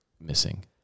missing